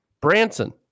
Branson